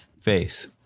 face